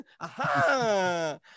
aha